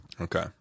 Okay